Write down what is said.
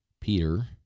Peter